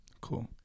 Cool